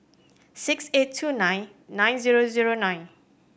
six eight two nine nine zero zero nine